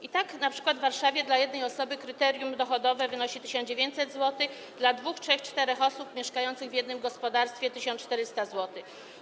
I tak np. w Warszawie dla jednej osoby kryterium dochodowe wynosi 1900 zł, dla dwóch, trzech, czterech osób mieszkających w jednym gospodarstwie - 1400 zł.